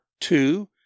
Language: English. two